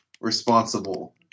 responsible